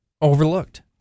overlooked